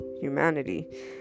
humanity